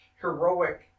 heroic